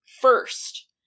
first